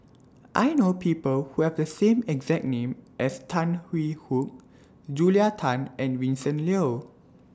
I know People Who Have The same exact name as Tan Hwee Hock Julia Tan and Vincent Leow